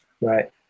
Right